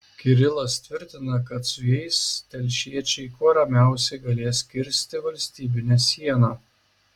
kirilas tvirtina kad su jais telšiečiai kuo ramiausiai galės kirsti valstybinę sieną